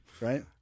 Right